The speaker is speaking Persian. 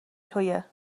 تویه